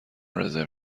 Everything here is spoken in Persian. رزرو